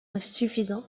insuffisant